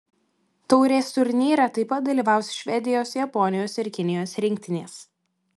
taurės turnyre taip pat dalyvaus švedijos japonijos ir kinijos rinktinės